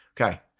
Okay